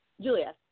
Julia